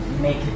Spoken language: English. make